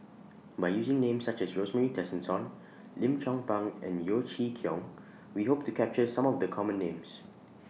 By using Names such as Rosemary Tessensohn Lim Chong Pang and Yeo Chee Kiong We Hope to capture Some of The Common Names